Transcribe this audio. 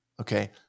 Okay